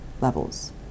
levels